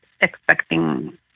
expecting